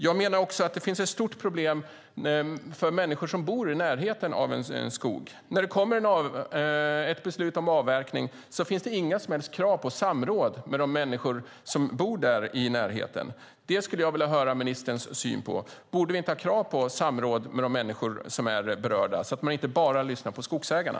Jag menar också att det finns ett stort problem för människor som bor i närheten av en skog. När det kommer ett beslut om avverkning finns det inga som helst krav på samråd med de människor som bor i närheten. Det skulle jag vilja höra ministerns syn på. Borde vi inte ha krav på samråd med de människor som är berörda och inte bara lyssna på skogsägarna?